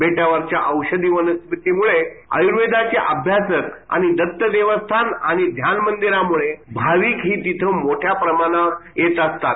बेटावरच्या औषधी वनस्पतीमुळे आयूर्वेदाघे अभ्यासक आणि दत्त देवस्थान आणि ध्यान मंदिरामुळे अनेक भाविकही इथे मोठ्या प्रमाणावर भेट देत असतात